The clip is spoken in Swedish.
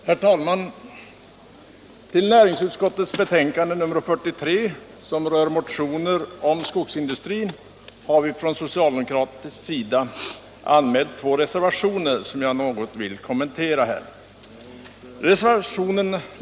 Herr talman! Vid näringsutskottets betänkande nr 43, som rör motioner om skogsindustrin, har vi från socialdemokratiskt håll fogat två reservationer som jag något vill kommentera.